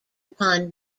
upon